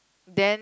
then